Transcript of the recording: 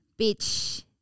Bitch